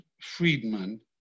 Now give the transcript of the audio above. Friedman